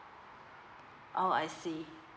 oh I see